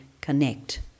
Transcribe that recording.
connect